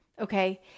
Okay